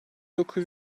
dokuz